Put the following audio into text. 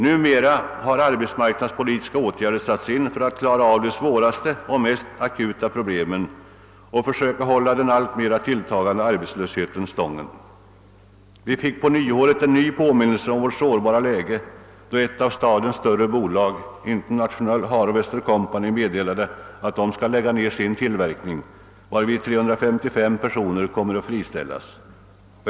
Numera har arbetsmarknadspolitiska åtgärder satts in för att klara av de svåraste och mest akuta problemen och för att försöka hålla den alltmer tilltagande arbetslösheten stången. Vi fick på nyåret en ny påminnelse om vårt sårbara läge, då ett av stadens större bolag, International Harvester Co., meddelade att det skall lägga ned sin tillverkning, varvid 355 personer kommer att friställas.